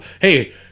hey